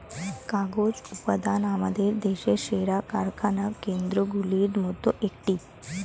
কাগজ উৎপাদন আমাদের দেশের সেরা কারখানা কেন্দ্রগুলির মধ্যে একটি